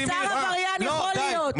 שר עבריין יכול להיות.